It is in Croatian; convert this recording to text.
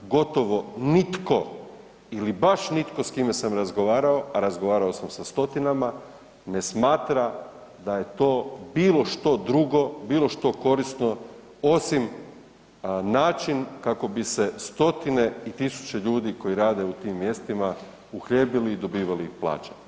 Gotovo nitko ili baš nitko s kime sam razgovarao, a razgovarao sam sa stotinama, ne smatra da je to bilo što drugo, bilo što korisno osim način kako bi se stotine i tisuće ljudi koji rade u tim mjestima uhljebili i dobivali plaće.